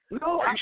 No